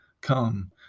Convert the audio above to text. come